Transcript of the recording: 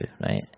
right